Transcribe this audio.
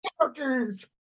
Characters